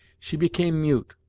she became mute,